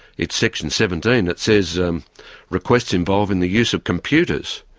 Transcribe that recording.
it's section seventeen, that says um requests involving the use of computers.